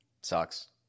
sucks